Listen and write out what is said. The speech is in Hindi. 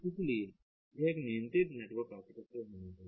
इसलिए एक नियंत्रित नेटवर्क आर्किटेक्चर होना चाहिए